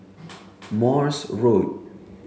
Morse Road